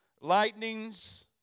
Lightnings